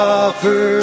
offer